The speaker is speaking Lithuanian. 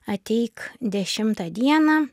ateik dešimtą dieną